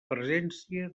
presència